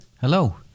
hello